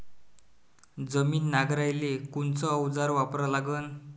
जमीन नांगराले कोनचं अवजार वापरा लागन?